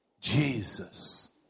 Jesus